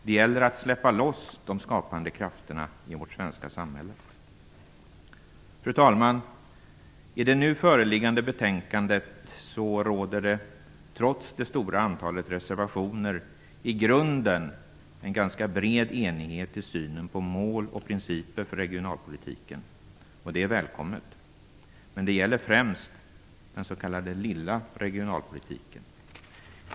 Det gäller att släppa loss de skapande krafterna i vårt svenska samhälle. Fru talman! I det nu föreliggande betänkandet råder det trots det stora antalet reservationer i grunden en ganska bred enighet i synen på mål och principer för regionalpolitiken, och det är välkommet. Men det gäller främst den s.k. lilla regionalpolitiken.